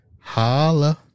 holla